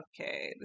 okay